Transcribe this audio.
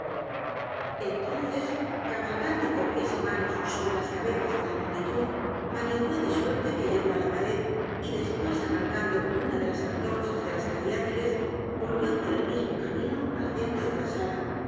entonces cabalgando con pies y manos sobre las cabezas de la multitud maniobró de suerte que llegó á la pared y después arrancando una de las antorchas de las cariátides volvió por el mismo camino al centro de la sala